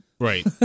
Right